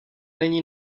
není